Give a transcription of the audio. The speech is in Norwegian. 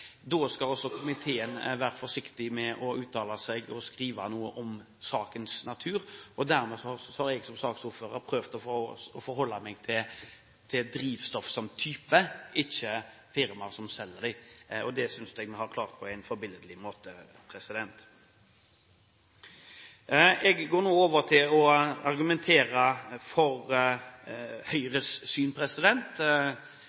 Da skal også komiteen være forsiktig med å uttale seg og skrive noe om sakens natur, og dermed har jeg som saksordfører prøvd å forholde meg til drivstoff som type, ikke firmaet som selger det. Det synes jeg vi har klart på en forbilledlig måte. Jeg går nå over til å argumentere for